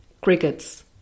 crickets